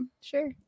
Sure